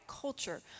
culture